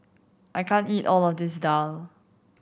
I can't eat all of this daal